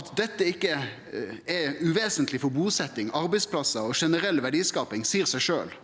At dette ikkje er uvesentleg for busetjing, arbeidsplassar og generell verdiskaping, seier seg sjølv.